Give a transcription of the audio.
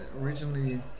originally